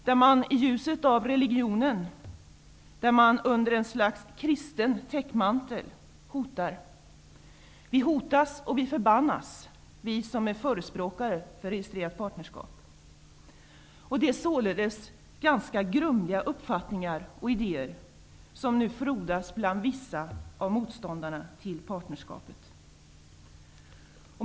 Man hotar i ljuset av religionen och under ett slags kristen täckmantel. Vi som är förespråkare för registrerat partnerskap hotas och förbannas. Det är således ganska grumliga uppfattningar och idéer som nu frodas bland vissa av motståndarna till partnerskapet.